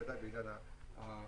ודאי בעניין הקורונה.